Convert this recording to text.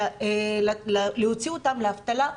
להוציא אותם לאבטלה?